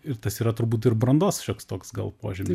ir tas yra turbūt ir brandos šioks toks gal požymis